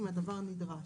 אם הדבר נדרש.